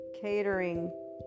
catering